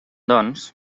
doncs